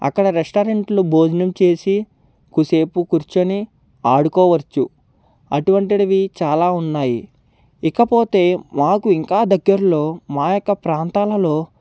అక్కడ రెస్టారెంట్లో భోజనం చేసి కాసేపు కూర్చొని ఆడుకోవచ్చు అటువంటివి చాలా ఉన్నాయి ఇకపోతే మాకు ఇంకా దగ్గరలో మా యొక్క ప్రాంతాలలో